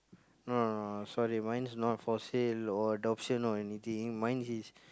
no no no sorry mine's not for sale or adoption or any thing mine is